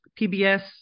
PBS